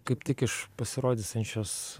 kaip tik iš pasirodysiančios